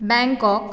Bangkok